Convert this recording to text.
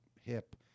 hip